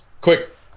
Quick